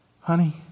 honey